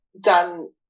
done